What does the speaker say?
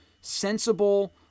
sensible